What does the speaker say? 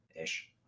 ish